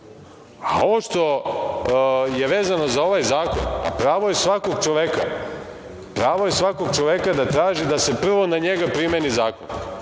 ovo što je vezano za ovaj zakon, pa pravo je svakog čoveka da traži da se prvo na njega primeni zakon